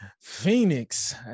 Phoenix